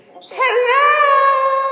Hello